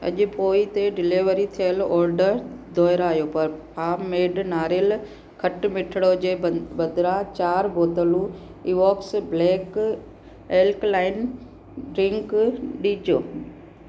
अॼु पोइ ते डिलीवर थियलु ऑर्डर दुहरायो पर फार्म मेड नारेल खटिमिठिड़ो जे बद बदिरां चार बोतलूं इवॉक्स ब्लैक एल्कलाइन ड्रिंक ॾिजो